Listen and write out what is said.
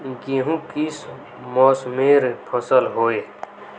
गेहूँ किस मौसमेर फसल होय?